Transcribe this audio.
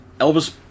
Elvis